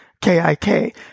K-I-K